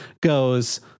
goes